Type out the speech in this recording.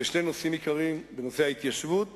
בשני נושאים עיקריים: בנושא ההתיישבות